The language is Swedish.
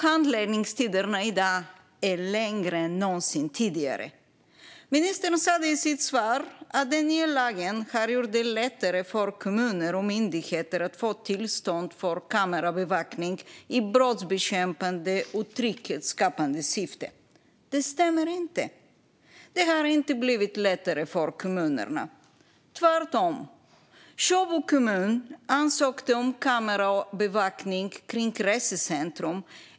Handläggningstiderna är i dag längre än någonsin tidigare. Ministern sa i sitt svar att den nya lagen har gjort det lättare för kommuner och myndigheter att få tillstånd för kamerabevakning i brottsbekämpande och trygghetsskapande syfte. Det stämmer inte. Det har inte blivit lättare för kommunerna, tvärtom. Sjöbo kommun ansökte om kamerabevakning av Resecentrum.